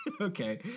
okay